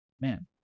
man